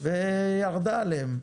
וירדה עליהם,